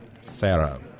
Sarah